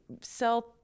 sell